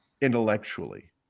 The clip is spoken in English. intellectually